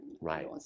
Right